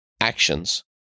actions